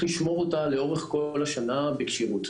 לשמור אותה לאורך כל השנה בכשירות.